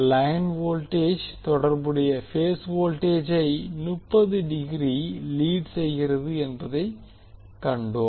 line voltage தொடர்புடைய phase வோல்டேஜை 30 degree lead செய்கிறது என்பதைக் கண்டோம்